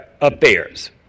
Affairs